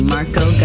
Marco